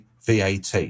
VAT